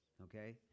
okay